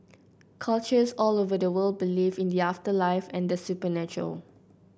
cultures all over the world believe in the afterlife and supernatural